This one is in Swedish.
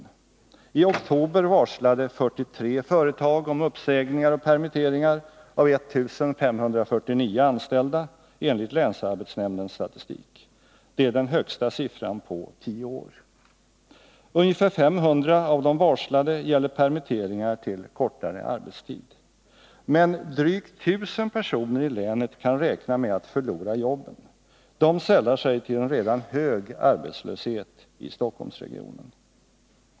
I oktober varslade 43 företag om uppsägningar och permitteringar av 1 549 anställda enligt länsarbetsnämndens statistik. Det är den högsta siffran på tio år. Ungefär 500 av varslen gäller permitteringar till kortare arbetstid. Men drygt tusen personer i länet kan räkna med att förlora jobben. De sällar sig till en redan hög arbetslöshet i Stockholmsregionen.